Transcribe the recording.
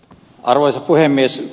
arvoisa puhemies